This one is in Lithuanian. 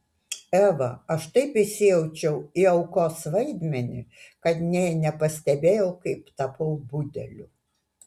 eva aš taip įsijaučiau į aukos vaidmenį kad nė nepastebėjau kaip tapau budeliu